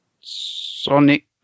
Sonic